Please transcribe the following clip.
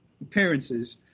appearances